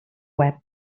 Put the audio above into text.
web